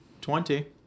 Twenty